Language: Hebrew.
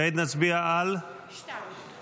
כעת נצביע על הסתייגות?